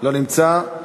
לא נמצא.